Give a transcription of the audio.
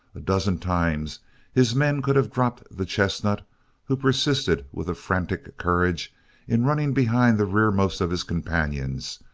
a dozen times his men could have dropped the chestnut who persisted with a frantic courage in running behind the rearmost of his companions,